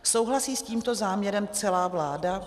Souhlasí s tímto záměrem celá vláda?